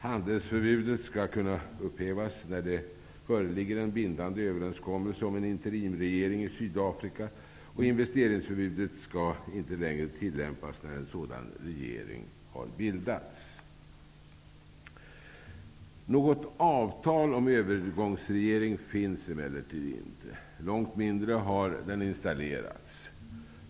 Handelsförbudet skall kunna upphävas när det föreligger en bindande överenskommelse om en interrimsregering i Sydafrika, och investeringsförbudet skall inte längre tillämpas när en sådan regering har bildats. Något avtal om övergångsregering finns emellertid inte. Långt mindre har den installerats.